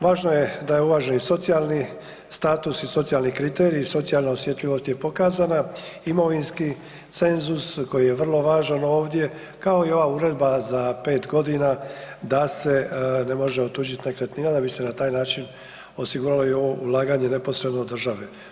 Važno je da je uvaženi socijalni status i socijalni kriteriji, socijalna osjetljivost je pokazana, imovinski cenzus koji je vrlo važan ovdje, kao i ova uredba za 5 godina, da se ne može otuđiti nekretnina, da bi se na taj način osigurala i ovo ulaganje neposredno od države.